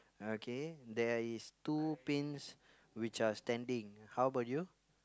okay there is two pins which are standing how about you